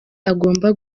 agomba